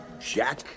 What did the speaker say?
Jack